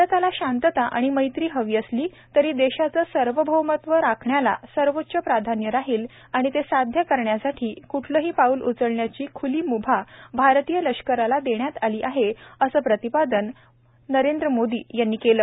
भारताला शांतता आणि मैत्री हवी असली तरी देशाचं सार्वभौमत्व राखण्याला सर्वोच्च प्राधान्य राहील आणि ते साध्य करण्यासाठी क्ठलही पाऊल उचलण्याची ख्ली म्भा भारतीय लष्कराला देण्यात आली आहे असं प्रतिपादन नरेंद्र मोदी यांनी केलं